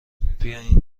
بیاین